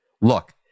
Look